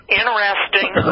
interesting